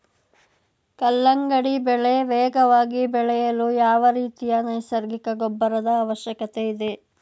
ಕಲ್ಲಂಗಡಿ ಬೆಳೆ ವೇಗವಾಗಿ ಬೆಳೆಯಲು ಯಾವ ರೀತಿಯ ನೈಸರ್ಗಿಕ ಗೊಬ್ಬರದ ಅವಶ್ಯಕತೆ ಇದೆ?